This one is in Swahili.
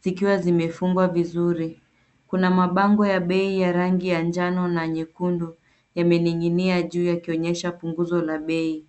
zikiwa zimefungwa vizuri. Kuna mabango ya bei ya rangi ya njano na nyekundu yamening'inia juu yakionyesha punguzo la bei.